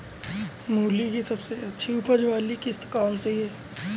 मूली की सबसे अच्छी उपज वाली किश्त कौन सी है?